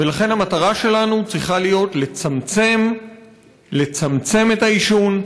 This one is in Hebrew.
ולכן המטרה שלנו צריכה להיות לצמצם את העישון,